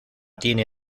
tiene